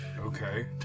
Okay